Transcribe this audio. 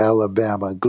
Alabama